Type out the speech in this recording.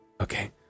Okay